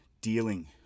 dealing